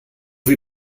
wie